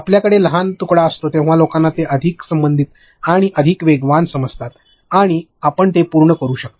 आपल्याकडे लहान लहान तुकडा असतो तेव्हा लोकांना ते अधिक संबंधित आणि अधिक वेगवान समजतात आणि आपण ते पूर्ण करू शकता